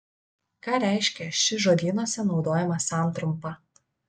ką reiškia ši žodynuose naudojama santrumpa